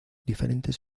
diferentes